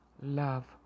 love